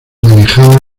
manejada